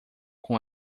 com